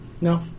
No